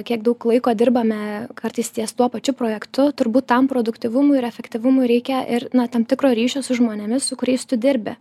kiek daug laiko dirbame kartais ties tuo pačiu projektu turbūt tam produktyvumui ir efektyvumui reikia ir na tam tikro ryšio su žmonėmis su kuriais tu dirbi